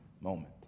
moment